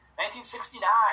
1969